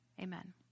Amen